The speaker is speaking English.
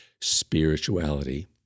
spirituality